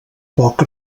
poc